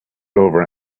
over